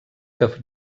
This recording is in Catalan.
que